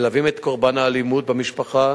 מלווים את קורבן האלימות במשפחה,